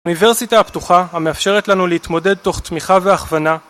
האוניברסיטה הפתוחה המאפשרת לנו להתמודד תוך תמיכה והכוונה